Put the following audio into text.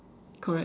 correct